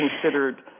considered